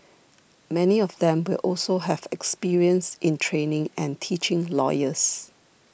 many of them will also have experience in training and teaching lawyers